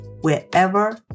wherever